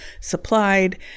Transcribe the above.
supplied